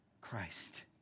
Christ